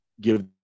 give